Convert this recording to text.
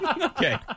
Okay